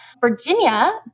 Virginia